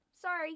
sorry